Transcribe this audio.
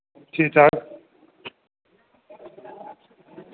ठीक ठाक